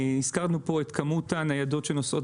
הזכרנו פה את כמות הניידות שנוסעות